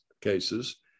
cases